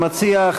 המציע,